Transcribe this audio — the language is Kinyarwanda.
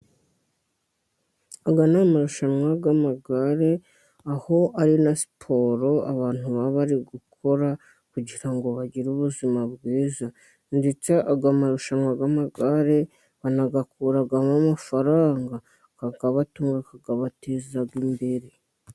Aya ni amarushanwa y'amagare, aho ari na siporo abantu baba bari gukora kugira ngo bagire ubuzima bwiza, ndetse aya marushanwa y'amagare, banayakuramo amafaranga, akabatunga akabateza imbere.